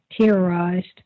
terrorized